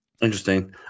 Interesting